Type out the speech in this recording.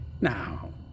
Now